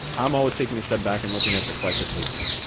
i'm always taking a step back and looking at the collective movement,